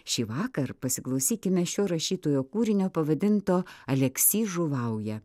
šįvakar pasiklausykime šio rašytojo kūrinio pavadinto aleksys žuvauja